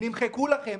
נמחקו לכם.